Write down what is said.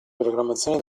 programmazione